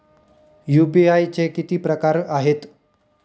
UPI चे किती प्रकार आहेत?